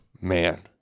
Man